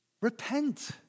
Repent